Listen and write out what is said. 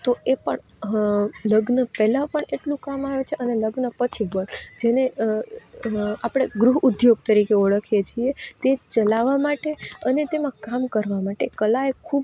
તો એ પણ લગ્ન પહેલાં પણ એટલું કામ આવે છે અને લગ્ન પછી પણ જેને આપણે ગૃહ ઉદ્યોગ તરીકે ઓળખીએ છીએ તે ચલાવવા માટે અને તેમાં કામ કરવા માટે કલા એ ખૂબ